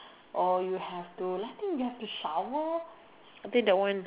or you have to lucky you have to shower